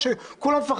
שלום לכולם,